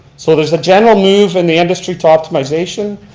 so there's a general move in the industry to optimization.